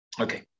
Okay